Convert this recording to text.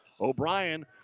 O'Brien